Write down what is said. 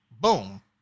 boom